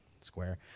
square